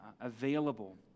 available